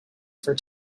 for